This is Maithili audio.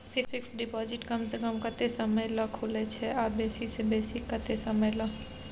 फिक्सड डिपॉजिट कम स कम कत्ते समय ल खुले छै आ बेसी स बेसी केत्ते समय ल?